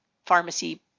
pharmacy